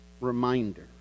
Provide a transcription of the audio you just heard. reminder